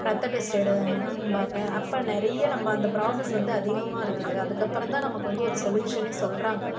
ரத்தம் டெஸ்ட்டு எடும்பாங்க அப்போ நிறைய நம்ம அந்த ப்ராசஸ் வந்து அதிகமாக இருக்குது அதுக்கப்புறந்தான் நமக்கு வந்து ஒரு சொல்யூஷனே சொல்கிறாங்க